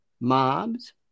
mobs